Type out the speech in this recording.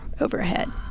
overhead